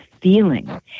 feeling